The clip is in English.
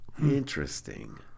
Interesting